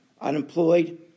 unemployed